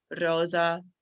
rosa